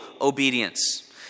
obedience